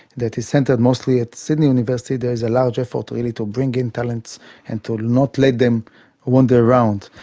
that is centred mostly at sydney university, there is a large effort really to bring in talents and to not let them wander around.